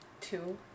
Two